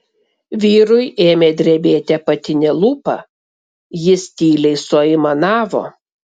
vyrui ėmė drebėti apatinė lūpa jis tyliai suaimanavo